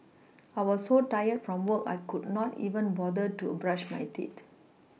I was so tired from work I could not even bother to brush my teeth